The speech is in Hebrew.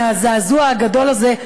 מהזעזוע הגדול הזה,